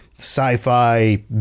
Sci-fi